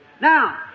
Now